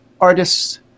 artist's